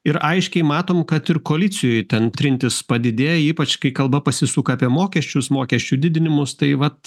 ir aiškiai matom kad ir koalicijoj ten trintis padidėja ypač kai kalba pasisuka apie mokesčius mokesčių didinimus tai vat